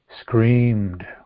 Screamed